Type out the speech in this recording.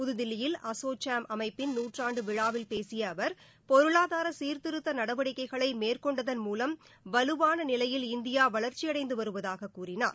புதுதில்லியில் அசோசெம் அமைப்பின் நூற்றாண்டு விழாவில் பேசிய அவர் பொருளாதார சீர்திருத்த நடவடிக்கைகளை மேற்கொண்டதன் மூலம் வலுவான நிலையில் இந்தியா வளர்ச்சியடைந்து வருவதாகக் கூறினார்